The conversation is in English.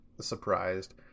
surprised